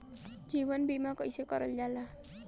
जीवन बीमा कईसे करल जाला?